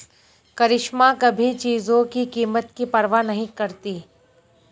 करिश्मा कभी चीजों की कीमत की परवाह नहीं करती